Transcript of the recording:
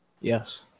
Yes